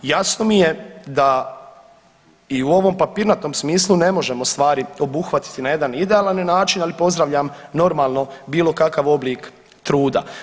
Jasno mi je da i u ovom papirnatom smislu ne možemo stvari obuhvatiti na jedan idealan način, ali pozdravljam normalno bilo kakav oblik truda.